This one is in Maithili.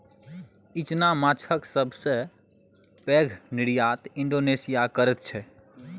इचना माछक सबसे पैघ निर्यात इंडोनेशिया करैत छै